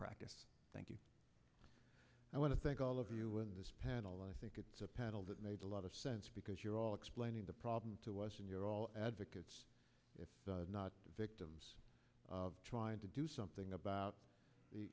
practice thank you i want to thank all of you in this panel i think it's a panel that made a lot of sense because you're all explaining the problem to us and you're all advocates if not the victims trying to do something about the